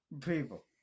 people